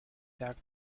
tucked